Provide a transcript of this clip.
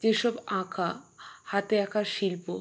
যেসব আঁকা হাতে আঁকা শিল্প